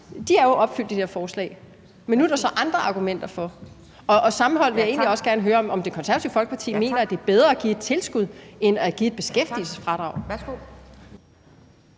er jo opfyldt i det her forslag, men nu er der så andre argumenter for det. Og sammenholdt vil jeg egentlig også gerne høre, om Det Konservative Folkeparti mener, at det er bedre at give et tilskud end at give et beskæftigelsesfradrag.